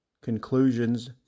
conclusions